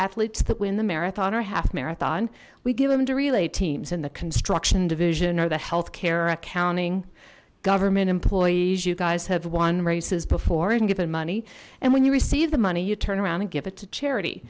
athletes that win the marathon or half marathon we give them to relay teams in the construction division or the health care accounting government employees you guys have won races before and give it money and when you receive the money you turn around and give it to charity